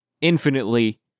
infinitely